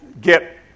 get